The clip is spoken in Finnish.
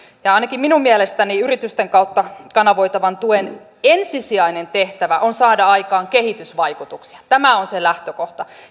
ja ainakin minun mielestäni yritysten kautta kanavoitavan tuen ensisijainen tehtävä on saada aikaan kehitysvaikutuksia tämä on se lähtökohta